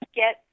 get